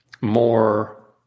more